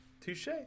touche